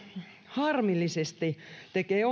harmillisesti tekee